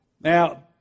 Now